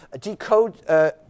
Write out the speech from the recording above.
decode